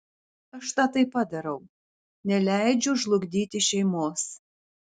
aš tą taip pat darau neleidžiu žlugdyti šeimos